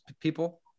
people